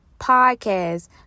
podcast